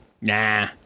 Nah